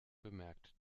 bemerkt